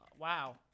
Wow